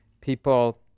people